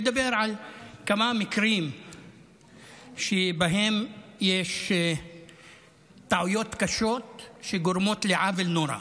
לדבר על כמה מקרים שבהם יש טעויות קשות שגורמות לעוול נורא.